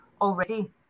already